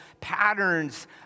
patterns